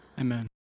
amen